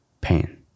pain